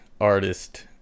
artist